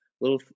little